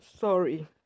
sorry